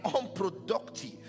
Unproductive